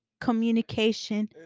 Communication